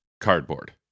cardboard